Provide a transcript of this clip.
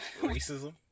Racism